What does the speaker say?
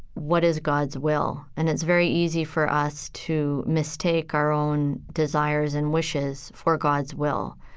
what is god's will. and it's very easy for us to mistake our own desires and wishes for god's will.